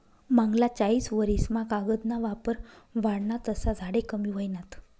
मांगला चायीस वरीस मा कागद ना वापर वाढना तसा झाडे कमी व्हयनात